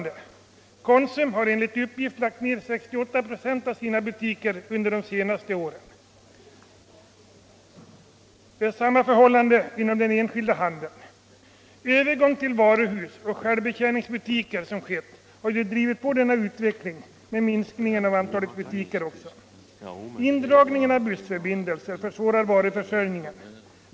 Enligt uppgift har Konsum sålunda lagt ned 68 96 av sina butiker under de senaste åren, och det är samma förhållande inom den enskilda handeln. Den övergång till varuhus och självbetjäningsbutiker som skett har lett tillen minskning av antalet butiker och drivit på denna utveckling. Likaså har indragningen av bussförbindelser försvårat varuförsörjningen.